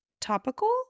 topical